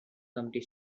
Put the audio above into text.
committee